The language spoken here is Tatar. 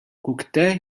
күктә